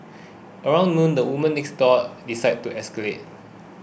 around noon the woman next door decides to escalate